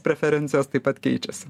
preferencijos taip pat keičiasi